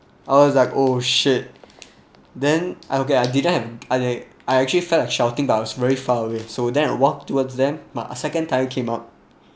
I was like oh shit then I okay I didn't have I I actually felt like shouting but I was very far away so then I walked towards them my second time came up